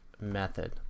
method